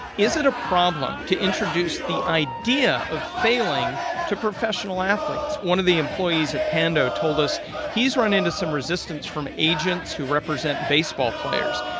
is it a problem to introduce the idea of failing to professional athletes? one of the employees at pando told us he's run into some resistance from agents who represent baseball players.